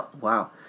Wow